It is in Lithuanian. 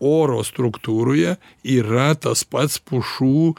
oro struktūroje yra tas pats pušų